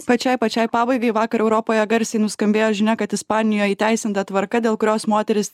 pačiai pačiai pabaigai vakar europoje garsiai nuskambėjo žinia kad ispanijoj įteisinta tvarka dėl kurios moterys